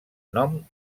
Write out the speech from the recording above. nom